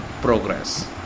progress